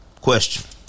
question